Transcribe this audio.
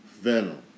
Venom